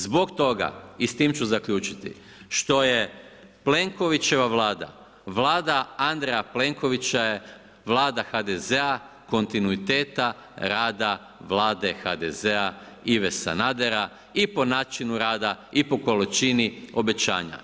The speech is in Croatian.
Zbog toga i s tim ću zaključiti, što je Plenkovićeva vlada, Vlada Andreja Plenkovića je Vlada HDZ-a kontinuiteta rada vlade HDZ-a Ive Sanadera i po načinu rada i po količini obećanja.